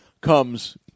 comes